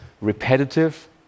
repetitive